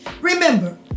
Remember